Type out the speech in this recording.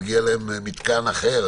מגיע לו מתקן אחר,